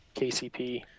KCP